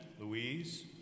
Louise